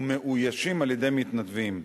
ומאוישים על-ידי מתנדבים.